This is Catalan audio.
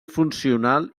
funcional